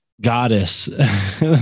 goddess